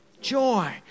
Joy